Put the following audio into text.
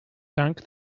dunk